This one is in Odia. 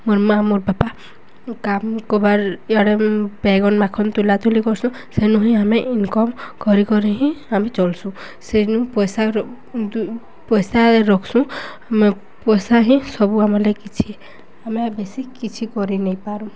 ମୋର୍ ମା' ମୋର୍ ବାପା କାମ୍ କବାର୍ ଇଆଡ଼େ ବେଗନ୍ ମାଖନ୍ ତୁଲା ତୁଲି କର୍ସୁଁ ସେନୁ ହିଁ ଆମେ ଇନ୍କମ୍ କରି କରି ହିଁ ଆମେ ଚଲ୍ସୁଁ ସେନୁ ପଏସା ପଏସା ରଖ୍ସୁଁ ଆମେ ପଏସା ହିଁ ସବୁ ଆମର୍ ଲାଗି କିଛି ଆମେ ବେଶୀ କିଛି କରିନେଇପାରୁ